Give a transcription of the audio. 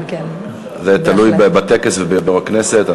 זה תלוי בטקס וביו"ר הכנסת.